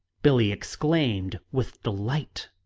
billie exclaimed with delight.